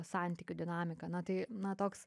santykių dinamiką na tai na toks